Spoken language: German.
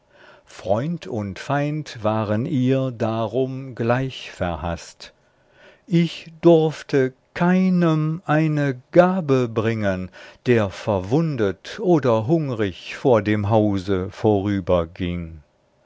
freund und feind waren ihr darum gleich verhaßt ich durfte keinem eine gabe bringen der verwundet oder hungrig vor dem hause vorüberging